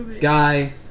Guy